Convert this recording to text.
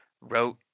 wrote